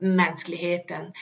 mänskligheten